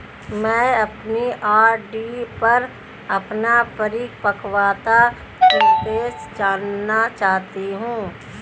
मैं अपनी आर.डी पर अपना परिपक्वता निर्देश जानना चाहती हूँ